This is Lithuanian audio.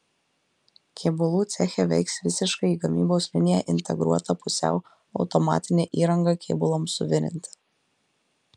kėbulų ceche veiks visiškai į gamybos liniją integruota pusiau automatinė įranga kėbulams suvirinti